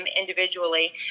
individually